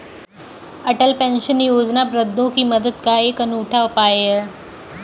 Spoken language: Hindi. अटल पेंशन योजना वृद्धों की मदद का एक अनूठा उपाय है